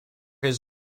his